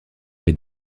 est